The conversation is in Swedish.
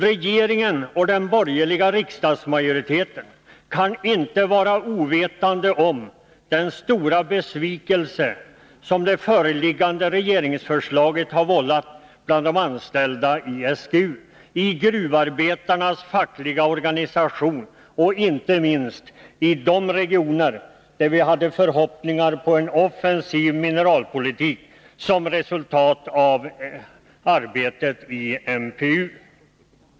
Regeringen och den borgerliga riksdagsmajoriteten kan inte vara ovetande om den stora besvikelse som det föreliggande regeringsförslaget har vållat bland de anställda i SGU, i gruvarbetarnas fackliga organisation och inte minst i de regioner där vi hade förhoppningar på en offensiv mineralpolitik som resultat av arbetet i MPU.